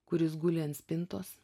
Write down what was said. kuris guli ant spintos